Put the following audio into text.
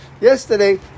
yesterday